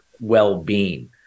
well-being